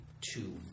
two